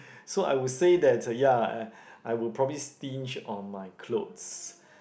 so I would say that ya I would probably stinge on my clothes